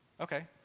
okay